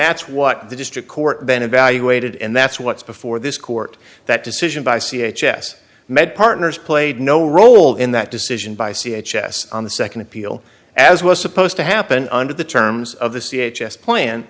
that's what the district court then evaluated and that's what's before this court that decision by c h s med partners played no role in that decision by c h s on the nd appeal as was supposed to happen under the terms of the c h s plan